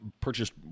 purchased